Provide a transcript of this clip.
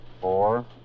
four